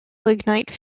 lignite